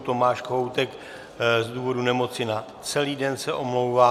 Tomáš Kohoutek z důvodu nemoci na celý den se omlouvá.